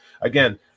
Again